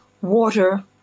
Water